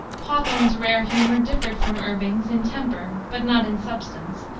hawthorne's rare humor differed from irving's in temper but not in substance,